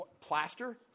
plaster